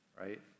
right